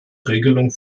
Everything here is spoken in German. regelung